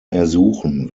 ersuchen